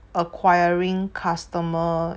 acquiring customer